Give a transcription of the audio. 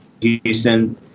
Houston